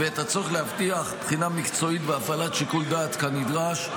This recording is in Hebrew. ואת הצורך להבטיח בחינה מקצועית והפעלת שיקול דעת כנדרש,